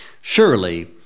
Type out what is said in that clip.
surely